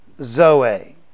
zoe